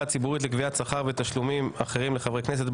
הציבורית לקביעת שכר ותשלומים אחרים לחברי הכנסת.